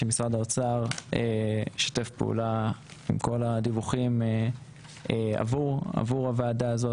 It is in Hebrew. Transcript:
שמשרד האוצר ישתף פעולה עם כל הדיווחים עבור הוועדה הזאת,